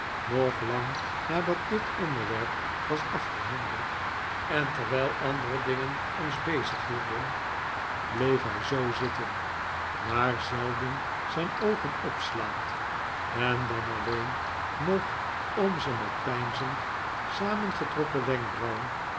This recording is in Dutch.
nog lang nadat dit onderwerp was afgehandeld en terwijl andere dingen ons bezighielden bleef hij zoo zitten maar zelden zijn oogen opslaand en dan alleen nog om ze met peinzend samengetrokken wenkbrauwen